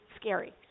scary